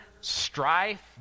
strife